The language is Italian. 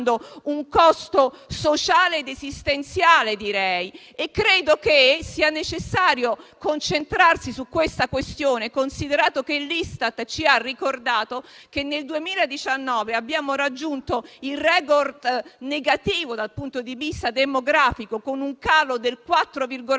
diventando sociale ed esistenziale. Credo che sia necessario concentrarsi su tale questione, considerato che l'Istat ci ha ricordato che nel 2019 abbiamo raggiunto il *record* negativo dal punto di vista demografico, con un calo del 4,5